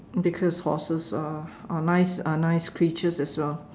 because horses are are nice are nice creatures as well